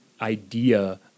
idea